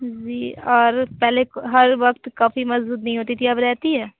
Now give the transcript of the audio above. जी और पहले हर वक्त कॉफी मौजूद नहीं होती थी अब रहती है